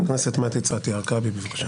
הכנסת מטי צרפתי הרכבי, בבקשה.